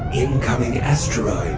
incoming asteroid